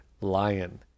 lion